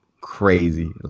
crazy